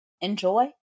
enjoy